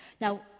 Now